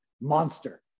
monster